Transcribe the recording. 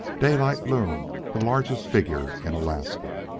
daylight loomed the largest figure in alaska.